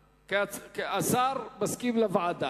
השר מסכים לוועדה.